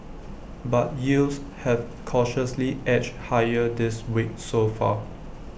but yields have cautiously edged higher this week so far